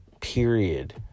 period